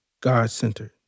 God-centered